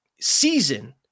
season